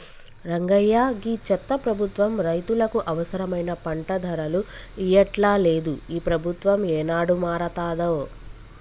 రంగయ్య గీ చెత్త ప్రభుత్వం రైతులకు అవసరమైన పంట ధరలు ఇయ్యట్లలేదు, ఈ ప్రభుత్వం ఏనాడు మారతాదో